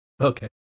Okay